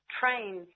trains